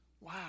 wow